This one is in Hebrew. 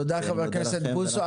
תודה חבר הכנסת בוסו.